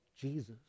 Jesus